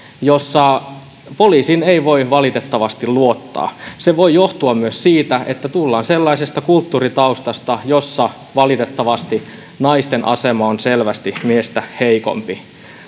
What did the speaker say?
jossa poliisiin ei voi valitettavasti luottaa se voi johtua myös siitä että tullaan sellaisesta kulttuuritaustasta jossa valitettavasti naisten asema on selvästi miestä heikompi